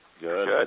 Good